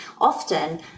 often